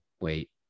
Wait